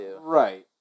Right